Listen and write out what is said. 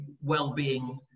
well-being